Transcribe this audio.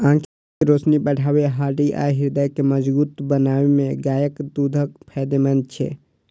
आंखिक रोशनी बढ़बै, हड्डी आ हृदय के मजगूत बनबै मे गायक दूध फायदेमंद छै